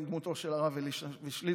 עם דמותו של הרב אלישע וישליצקי,